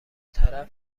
طرف